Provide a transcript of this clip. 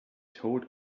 told